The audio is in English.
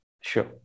Sure